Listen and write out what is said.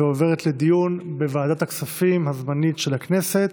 ועוברת לדיון בוועדת הכספים הזמנית של הכנסת.